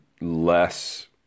less